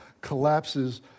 collapses